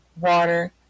water